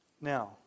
Now